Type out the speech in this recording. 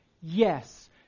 Yes